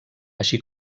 així